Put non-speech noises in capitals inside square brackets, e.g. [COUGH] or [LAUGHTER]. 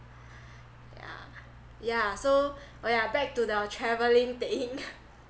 yeah yeah so oh yeah back to the travelling thing [LAUGHS]